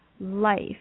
life